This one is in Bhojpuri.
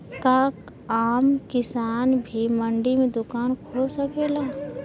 का आम किसान भी मंडी में दुकान खोल सकेला?